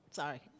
sorry